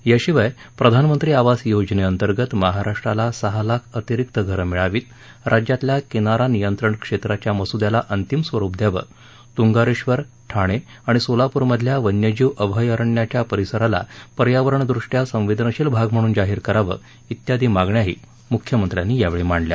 याशिवाय प्रधानमंत्री आवास योजनेअंतर्गत महाराष्ट्राला सहा लाख अतिरिक्त घरं मिळावीत राज्यातल्या किनारा नियंत्रण क्षेत्राच्या मसुद्याला अंतिम स्वरुप द्यावं तुंगारेश्वर ठाणे आणि सोलापूर मधल्या वन्यजीव अभयारण्याच्या परिसराला पर्यावरणदृष्टया संवेदनशील भाग म्हणून जाहीर करावं वियादी मागण्याही मुख्यमंत्र्यांनी मांडल्या